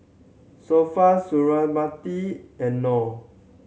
Sofea Suriawati and Nor